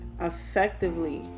effectively